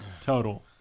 total